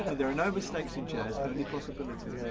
ah there are no mistakes in jazz, only possibilities.